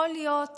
יכול להיות